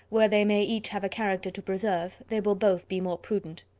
where they may each have a character to preserve, they will both be more prudent.